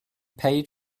paid